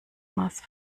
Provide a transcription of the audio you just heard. maß